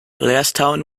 blairstown